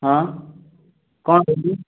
ହଁ କ'ଣ କହିଲୁ